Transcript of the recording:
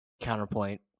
Counterpoint